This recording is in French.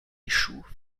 échouent